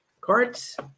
cards